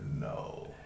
No